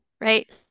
right